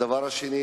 הדבר השני,